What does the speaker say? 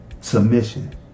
submission